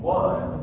one